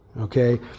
okay